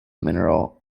mineral